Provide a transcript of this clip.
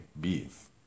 beef